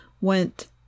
went